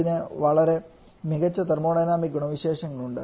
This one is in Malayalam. ഇതിന് വളരെ മികച്ച തെർമോഡൈനാമിക്സ് ഗുണവിശേഷങ്ങൾ ഉണ്ട്